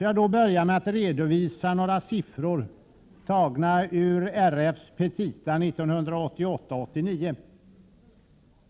Jag vill börja med att redovisa några siffror tagna ur RF:s petita för 1988/89.